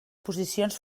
posicions